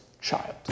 child